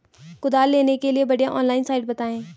कुदाल लेने के लिए बढ़िया ऑनलाइन साइट बतायें?